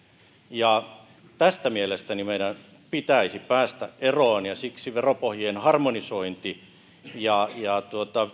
ja tästä mielestäni meidän pitäisi päästä eroon ja siksi veropohjien harmonisointi ja ja